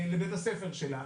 לבית הספר שלה,